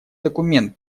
документ